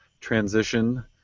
transition